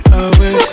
away